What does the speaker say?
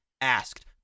asked